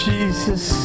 Jesus